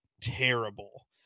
terrible